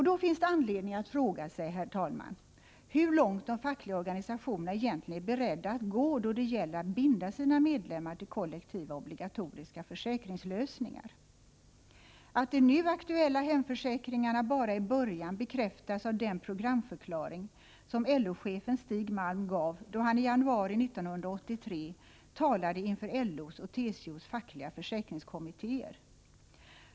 Då finns det anledning att fråga sig, herr talman, hur långt de fackliga organisationerna egentligen är beredda att gå när det gäller att binda sina medlemmar till kollektiva obligatoriska försäkringslösningar. Att de nu aktuella hemförsäkringarna bara är början bekräftas av den programförklaring som LO-chefen Stig Malm gav då han i januari 1983 talade inför LO:s och TCO:s fackliga försäkringskommittéer.